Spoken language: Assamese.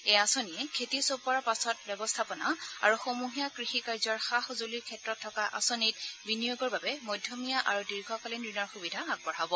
এই আঁচনিয়ে খেতি ছপোৱাৰ পাছৰ ব্যৱস্থাপনা আৰু সমূহীয়া কৃষি কাৰ্যৰ সা সঁজুলিৰ ক্ষেত্ৰত থকা আঁচনিত বিনিয়োগৰ বাবে মধ্যমীয়া আৰু দীৰ্ঘকালিন ঋণৰ সুবিধা আগবঢ়াব